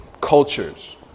cultures